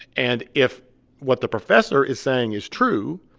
and if what the professor is saying is true,